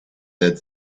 had